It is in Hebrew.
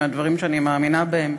מהדברים שאני מאמינה בהם,